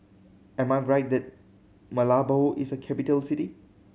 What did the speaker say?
am I right that Malabo is a capital city